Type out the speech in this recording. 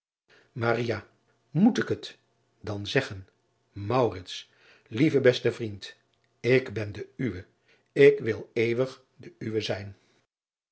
oet ik het dan zeggen lieve beste vriend ik ben de uwe ik wil eeuwig de uwe zijn